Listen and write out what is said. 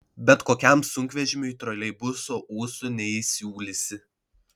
bet kokiam sunkvežimiui troleibuso ūsų neįsiūlysi